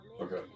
okay